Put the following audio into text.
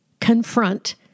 confront